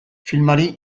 filmari